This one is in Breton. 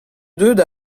deuet